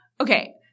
okay